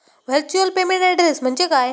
Virtual payment address म्हणजे काय?